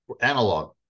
Analog